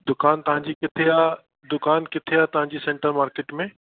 दुकान तव्हांजी किथे आहे दुकान किथे आहे तव्हांजी सेंटर मार्केट में